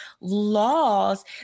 laws